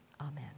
Amen